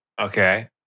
Okay